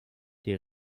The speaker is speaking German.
die